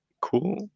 Cool